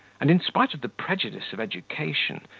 and, in spite of the prejudice of education,